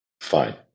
fine